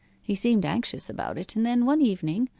he seemed anxious about it and then one evening,